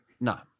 No